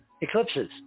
eclipses